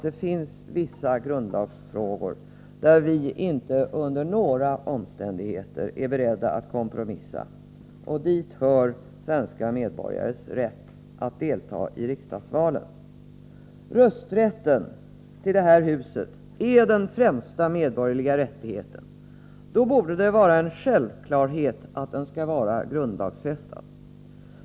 Det finns vissa grundlagsfrågor där vi inte under några omständigheter är beredda att kompromissa. Dit hör svenska medborgares rätt att delta i riksdagsval. Rösträtten när det gäller att välja ledamöter till det här huset är den främsta medborgerliga rättigheten. Då borde det vara en självklarhet att den skall vara grundlagsfäst.